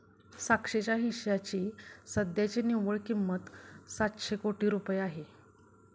साक्षीच्या हिश्श्याची सध्याची निव्वळ किंमत सातशे कोटी रुपये आहे